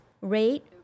rate